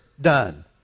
done